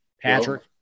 Patrick